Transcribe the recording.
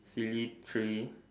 silly three